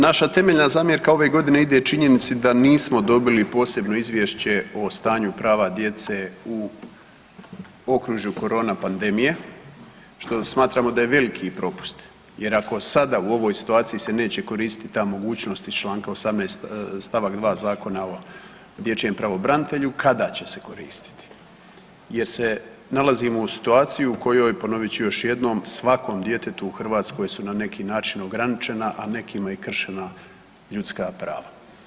Naša temeljna zamjerka ove godine ide činjenici da nismo dobili posebno izvješće o stanju prava djece u okružuju korona pandemije što smatramo da je veliki propust jer ako sada u ovoj situaciji se neće koristiti ta mogućnost iz čl. 18. st. 2. Zakona o dječjem pravobranitelju kada će se koristiti jer se nalazimo u situaciji u kojoj, ponovit ću još jednom, svakom djetetu u Hrvatskoj su na neki način ograničena, a nekima i kršena ljudska prava.